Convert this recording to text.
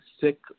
sick